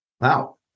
Wow